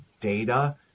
data